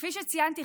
כפי שציינתי,